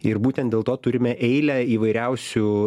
ir būtent dėl to turime eilę įvairiausių